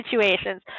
situations